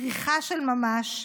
בריחה של ממש,